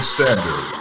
Standard